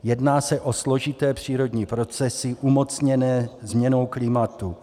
Jedná se o složité přírodní procesy umocněné změnou klimatu.